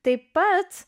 taip pat